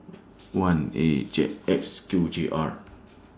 one A J X Q G R